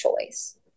choice